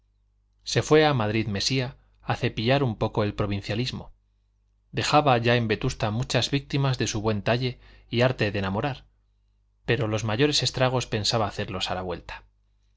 se fue a madrid mesía a cepillar un poco el provincialismo dejaba ya en vetusta muchas víctimas de su buen talle y arte de enamorar pero los mayores estragos pensaba hacerlos a la vuelta